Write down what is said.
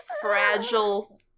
fragile